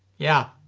yeah.